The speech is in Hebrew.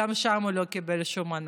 גם שם הוא לא קיבל שום הנחה.